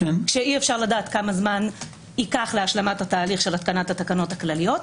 כשאי-אפשר לדעת כמה זמן ייקח להשלמת התהליך של התקנת התקנות הכלליות.